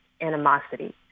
animosity